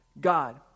God